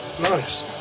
Nice